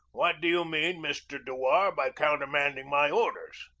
what do you mean, mr. dewar, by counter manding my orders?